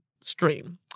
stream